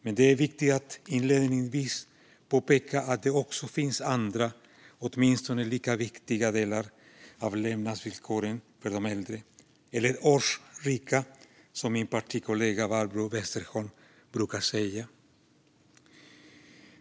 Men det är viktigt att inledningsvis påpeka att det också finns andra åtminstone lika viktiga delar av levnadsvillkoren för de äldre, eller årsrika, som min partikollega Barbro Westerholm brukar säga.